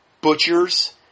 butchers